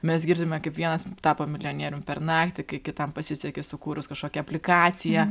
mes girdime kaip vienas tapo milijonierium per naktį kai kitam pasisekė sukūrus kažkokią aplikaciją